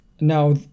Now